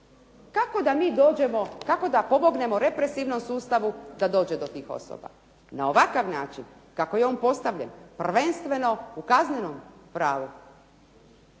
Kako da mi dođemo, kako da pomognemo represivnom sustavu da dođe do tih osoba? Na ovakav način kako je on postavljen prvenstveno u kaznenom pravu.